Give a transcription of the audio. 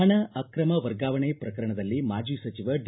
ಹಣ ಅಕ್ರಮ ವರ್ಗಾವಣೆ ಪ್ರಕರಣದಲ್ಲಿ ಮಾಜಿ ಸಚಿವ ಡಿ